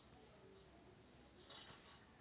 NPK खताचा वापर कुठल्या प्रकारच्या पिकांमध्ये होतो?